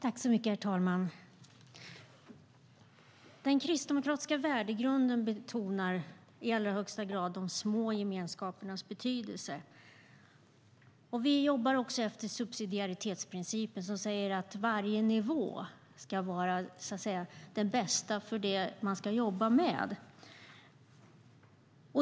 Herr talman! Den kristdemokratiska värdegrunden betonar i allra högsta grad de små gemenskapernas betydelse. Vi jobbar också efter subsidiaritetsprincipen, som säger att varje nivå ska vara den bästa för det man ska jobba med.